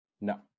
No